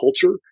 culture